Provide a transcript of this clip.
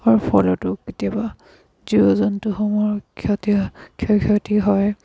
অৰ ফলতো কেতিয়াবা জীৱ জন্তুসমূহৰ ক্ষতি হয় ক্ষয়ক্ষতি হয়